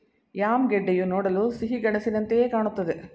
yam ಗೆಡ್ಡೆಯು ನೋಡಲು ಸಿಹಿಗೆಣಸಿನಂತೆಯೆ ಕಾಣುತ್ತದೆ